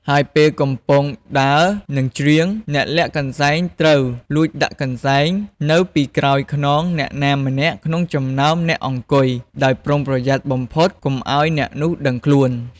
ហើយពេលកំពុងដើរ និងច្រៀង អ្នកលាក់កន្សែងត្រូវ លួចដាក់កន្សែង នៅពីក្រោយខ្នងអ្នកណាម្នាក់ក្នុងចំណោមអ្នកអង្គុយ ដោយប្រុងប្រយ័ត្នបំផុតកុំឱ្យអ្នកនោះដឹងខ្លួន។